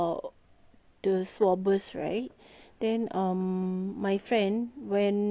then um my friend went for a swab test and apparently